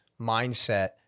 mindset